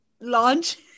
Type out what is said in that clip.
launch